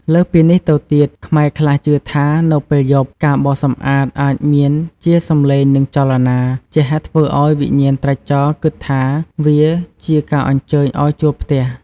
លើសពីនេះទៅទៀត ខ្មែរខ្លះជឿថា នៅពេលយប់ ការបោសសម្អាតអាចមានជាសំឡេងនិងចលនា ជាហេតុធ្វើឱ្យវិញ្ញាណត្រាច់ចរគិតថាវាជាការអញ្ជើញឱ្យចូលផ្ទះ។